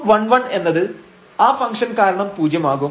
f11 എന്നത് ആ function കാരണം പൂജ്യം ആകും